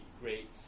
great